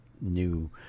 new